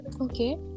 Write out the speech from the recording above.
okay